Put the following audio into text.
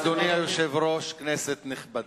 אדוני היושב-ראש, כנסת נכבדה,